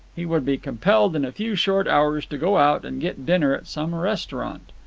he would be compelled in a few short hours to go out and get dinner at some restaurant.